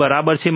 જે બરાબર છે